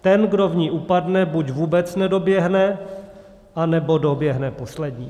Ten, kdo v ní upadne, buď vůbec nedoběhne, anebo doběhne poslední.